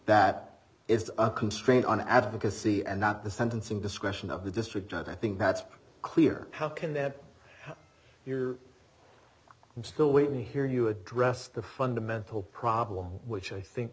that it's a constraint on advocacy and not the sentencing discretion of the district i think that's clear how can that you're i'm still waiting to hear you address the fundamental problem which i think